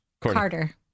Carter